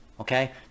Okay